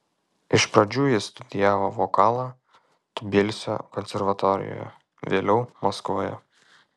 iš pradžių jis studijavo vokalą tbilisio konservatorijoje vėliau maskvoje